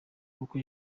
kuko